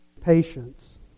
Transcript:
patience